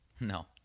No